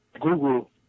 google